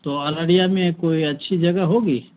تو اڑیا میں کوئی اچھی جگہ ہوگی